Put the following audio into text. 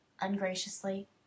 ungraciously